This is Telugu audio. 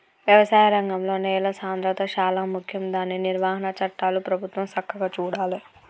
వ్యవసాయ రంగంలో నేల సాంద్రత శాలా ముఖ్యం దాని నిర్వహణ చట్టాలు ప్రభుత్వం సక్కగా చూడాలే